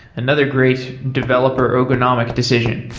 another great developer ergonomic decision.